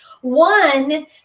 one